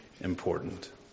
important